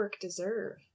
deserve